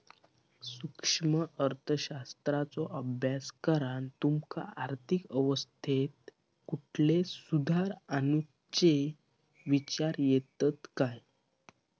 सूक्ष्म अर्थशास्त्राचो अभ्यास करान तुमका आर्थिक अवस्थेत कुठले सुधार आणुचे विचार येतत काय?